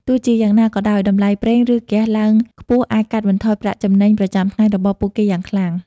ទោះជាយ៉ាងណាក៏ដោយ តម្លៃប្រេង ឬ ហ្គាសឡើងខ្ពស់អាចកាត់បន្ថយប្រាក់ចំណេញប្រចាំថ្ងៃរបស់ពួកគេយ៉ាងខ្លាំង។